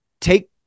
take